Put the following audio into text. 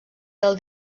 del